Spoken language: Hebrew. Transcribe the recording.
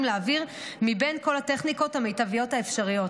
לאוויר מבין כל הטכניקות המיטביות האפשריות.